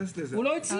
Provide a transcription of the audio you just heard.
והוא לא הצליח.